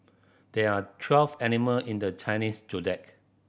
there are twelve animal in the Chinese Zodiac